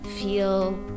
feel